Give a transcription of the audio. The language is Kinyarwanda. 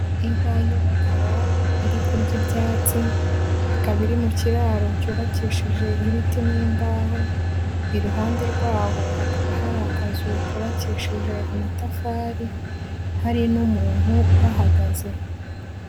Inka y'umukara iri kurya ibyatsi, ikaba iri mu kiraro cyubakishije ibiti n'imbaho, iruhande rwaho hakaba hari akazu kubakishije amatafari, hari n'umuntu uhahagaze.